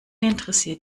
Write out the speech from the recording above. interessiert